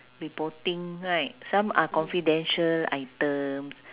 reporting right some are confidential items